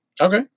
Okay